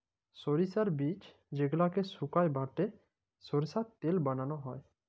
সরষার বীজ যেগলাকে সুকাই বাঁটে সরষার তেল বালাল হ্যয়